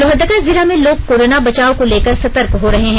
लोहरदगा जिला में लोग कोरोना बचाव को लेकर सतर्क हो रहे हैं